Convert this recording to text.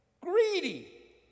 greedy